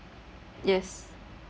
yes